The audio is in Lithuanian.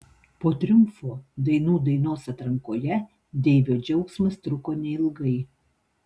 po triumfo dainų dainos atrankoje deivio džiaugsmas truko neilgai